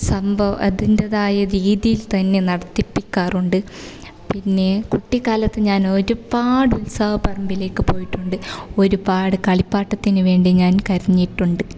സംഭവം അതിന്റേതായ രീതിയില് തന്നെ നടത്തിപ്പിക്കാറുണ്ട് പിന്നെ കുട്ടിക്കാലത്ത് ഞാൻ ഒരുപാട് ഉത്സവപ്പറമ്പിലേക്ക് പോയിട്ടുണ്ട് ഒരുപാട് കളിപ്പാട്ടത്തിനു വേണ്ടി ഞാന് കരഞ്ഞിട്ടുണ്ട്